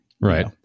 Right